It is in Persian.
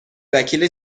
وکیل